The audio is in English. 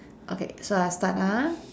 okay so I'll start ah